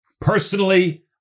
Personally